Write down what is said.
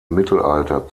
mittelalter